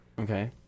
Okay